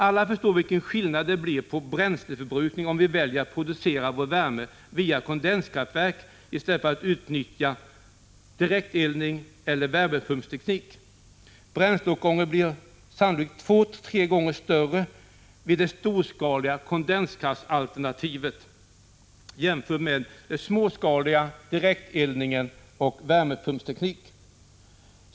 Alla förstår vilken skillnad det blir på bränsleförbrukning om vi väljer att producera vår värme via kondenskraftverk i stället för att utnyttja direkteldning och värmepumpsteknik. Bränsleåtgången blir sannolikt två till tre gånger större vid det storskaliga kondenskraftsalternativet jämfört med småskalig direkteldning i kombination i värmepumpsteknik.